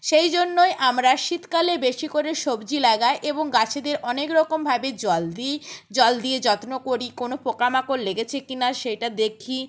সেই জন্যই আমরা শীতকালে বেশি করে সবজি লাগাই এবং গাছেদের অনেক রকমভাবে জল দিই জল দিয়ে যত্ন করি কোনো পোকামাকড় লেগেছে কি না সেটা দেখি